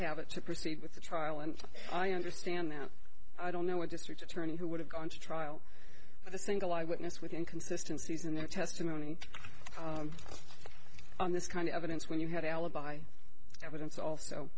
have it to proceed with the trial and i understand that i don't know what district attorney who would have gone to trial with a single eye witness with inconsistency in their testimony on this kind of evidence when you had alibi evidence also